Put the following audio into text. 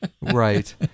Right